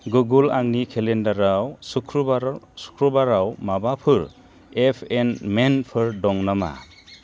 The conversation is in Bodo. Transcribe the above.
गुगोल आंनि केलेन्डाराव सुक्रुबाराव सुक्रुबाराव माबाफोर एपइन्टमेन्टफोर दं नामा